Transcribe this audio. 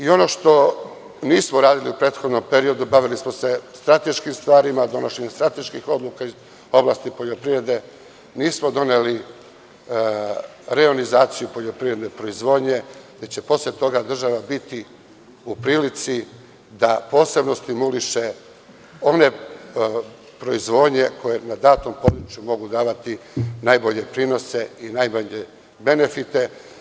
Ono što nismo radili u prethodnom periodu, bavili smo se strateškim stvarima, strateških odluka iz oblasti poljoprivrede, nismo doneli reonizaciju poljoprivredne proizvodnje, gde će posle toga država biti u prilici da posebno stimuliše one proizvodnje koje na datom području mogu davati najbolje prinose i najbolje benefite.